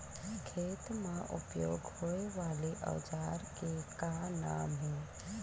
खेत मा उपयोग होए वाले औजार के का नाम हे?